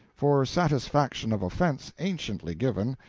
for satisfgction of offence anciently given,